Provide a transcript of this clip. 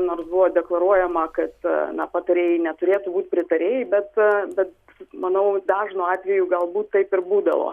nors buvo deklaruojama kad na patarėjai neturėtų būt pritarėjai bet bet manau dažnu atveju galbūt taip ir būdavo